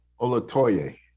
Olatoye